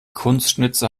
kunstschnitzer